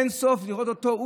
אין סוף לראות אותו.